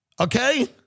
Okay